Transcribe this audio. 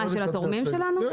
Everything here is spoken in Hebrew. של התורמים שלנו?